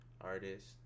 artist